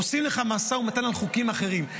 עושים לך משא ומתן על חוקים אחרים.